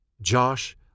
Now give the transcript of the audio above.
Josh